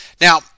Now